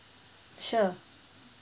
sure